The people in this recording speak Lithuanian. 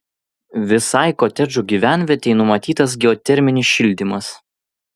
visai kotedžų gyvenvietei numatytas geoterminis šildymas